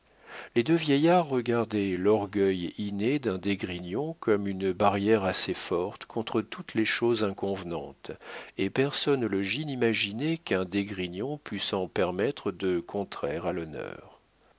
les deux vieillards regardaient l'orgueil inné d'un d'esgrignon comme une barrière assez forte contre toutes les choses inconvenantes et personne au logis n'imaginait qu'un d'esgrignon pût s'en permettre de contraires à l'honneur